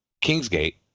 Kingsgate